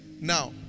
Now